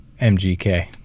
MGK